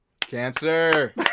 Cancer